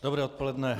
Dobré odpoledne.